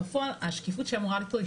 בפועל השקיפות שאמורה להיות פה היא